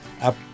Up